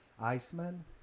iceman